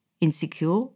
insecure